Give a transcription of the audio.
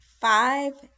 five